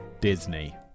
Disney